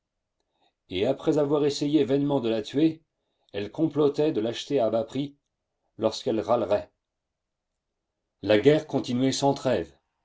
et après avoir essayé vainement de la tuer elle complotait de l'acheter à bas prix lorsqu'elle râlerait la guerre continuait sans trêve